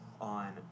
on